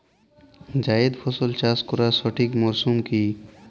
জায়েদ ফসল চাষ করার সঠিক মরশুম কি?